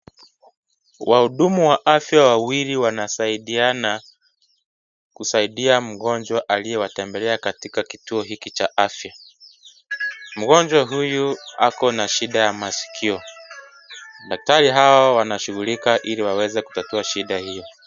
Waudumu wa afya wawili wanasaidiana, kusaidia mgonjwa aliye watembelea katika kituo hiki cha afya, mgonjwa huyu ako na shida ya maskio, daktari hawa wanashugulika ili waweze kutatua shida hio.